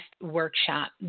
Workshop